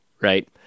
right